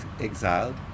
exiled